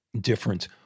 different